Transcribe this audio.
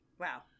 Wow